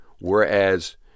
Whereas